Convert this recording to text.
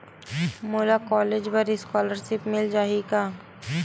मोला कॉलेज बर स्कालर्शिप मिल जाही का?